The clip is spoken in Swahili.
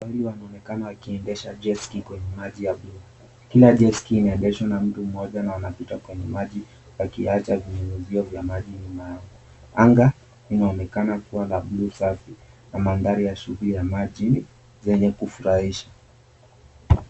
.Mbali wanaonekana wakiendesha jet ski kwenye maji ya buluu. Kila jet ski inaendeshwa na mtu mmoja na wanapita kwenye maji wakiacha vinyunyuzio vya maji nyuma yao. Anga inaonekana kuwa na buluu safi na mandhari ya shuguli ya majini zenye kufurahisha.